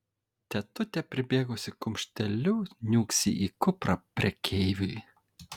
tetutė pribėgusi kumšteliu niūksi į kuprą prekeiviui